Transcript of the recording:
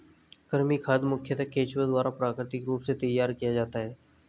कृमि खाद मुखयतः केंचुआ द्वारा प्राकृतिक रूप से तैयार किया जाता है